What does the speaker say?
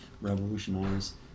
revolutionize